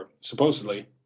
supposedly